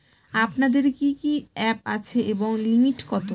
আপনাদের কি কি অ্যাপ আছে এবং লিমিট কত?